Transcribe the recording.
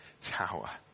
tower